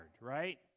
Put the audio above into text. right